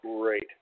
Great